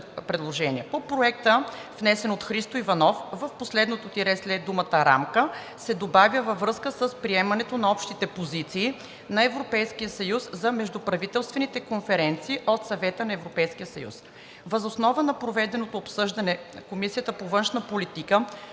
По проекта, внесен от Христо Иванов, в последното тире след думата „рамка“ се добавя: „във връзка с приемането на общите позиции на Европейския съюз за междуправителствените конференции от Съвета на Европейския съюз“. Въз основа на проведеното обсъждане Комисията по външна политика